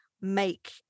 make